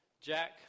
Jack